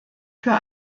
für